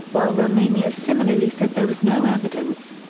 while romania similarly said there was no evidence.